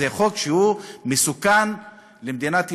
זה חוק שהוא מסוכן למדינת ישראל,